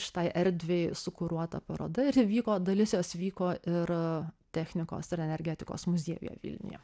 šitai erdvei sukuruota paroda ir įvyko dalis jos vyko ir technikos ir energetikos muziejuje vilniuje